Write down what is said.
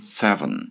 seven